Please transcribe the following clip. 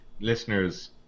listeners